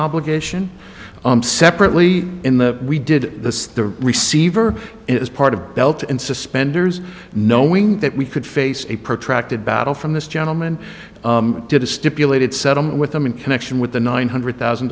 obligation separately in the we did the receiver is part of belt and suspenders knowing that we could face a protracted battle from this gentleman did a stipulated settlement with them in connection with the nine hundred thousand